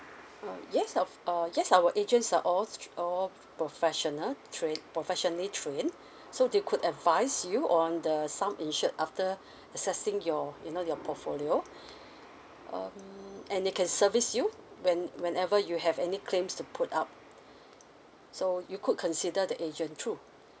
uh yes of uh our agents are all all professional trained professionally trained so they could advise you on the sum insured after assessing your you know your portfolio uh and they can service you when whenever you have any claims to put up so you could consider the agent true